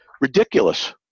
ridiculous